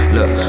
Look